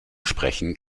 sprechen